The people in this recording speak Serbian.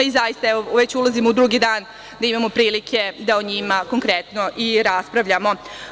Zaista, evo, već ulazimo u drugi dan da imamo prilike da o njima konkretno i raspravljamo.